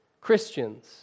Christians